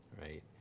right